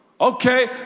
Okay